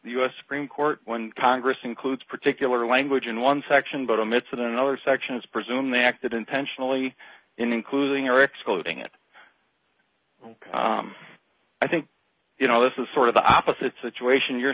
the us supreme court when congress includes particular language in one section but omitted in other sections presume they acted intentionally including or excluding it i think you know this is sort of the opposite situation you're